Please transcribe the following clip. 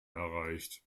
erreicht